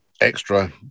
extra